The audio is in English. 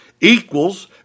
equals